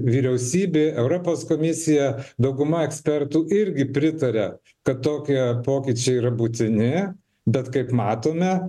vyriausybė europos komisija dauguma ekspertų irgi pritaria kad tokie pokyčiai yra būtini bet kaip matome